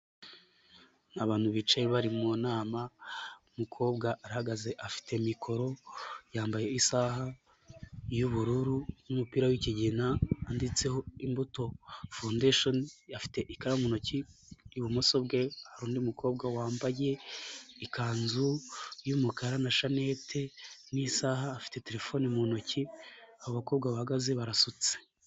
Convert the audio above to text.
Abantu bicaye bari mu nama, umukobwa arahagaze afite mikoro, yambaye isaha y'ubururu n'umupira w'ikigina wanditseho imbuto fondeshoni, afite ikaramu mu ntoki ibumoso bwe hari undi mukobwa wambaye ikanzu y'umukara na shanete n'isaha, afite telefone mu ntoki abo bakobwa bahagaze barasutse.